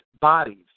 bodies